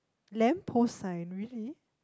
lamp post sign really